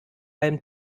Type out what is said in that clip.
allem